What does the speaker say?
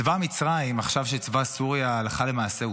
צבא מצרים, עכשיו שצבא סוריה הושמד הלכה למעשה,